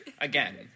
again